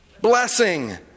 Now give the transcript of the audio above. blessing